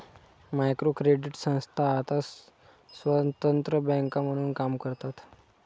micro credit संस्था आता स्वतंत्र बँका म्हणून काम करतात